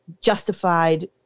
justified